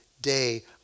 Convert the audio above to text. day